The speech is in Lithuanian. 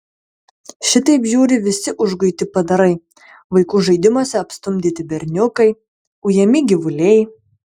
šitaip žiūri visi užguiti padarai vaikų žaidimuose apstumdyti berniukai ujami gyvuliai